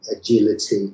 agility